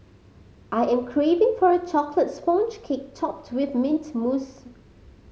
I am craving for a chocolate sponge cake topped with mint mousse